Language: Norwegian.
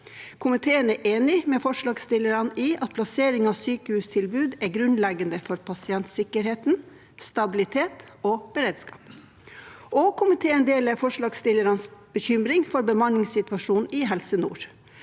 Komiteen er enig med forslagsstillerne i at plassering av sykehustilbud er grunnleggende for pasientsikkerhet, stabilitet og beredskap. – Komiteen deler forslagsstillernes bekymring for bemanningssituasjonen i Helse nord,